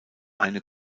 eine